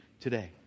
today